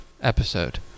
episode